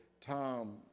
Tom